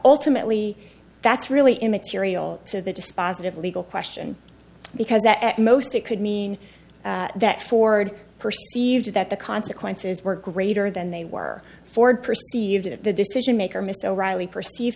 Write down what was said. ultimately that's really immaterial to the dispositive legal question because at most it could mean that ford perceived that the consequences were greater than they were forward perceived at the decision maker mr o'reilly perceived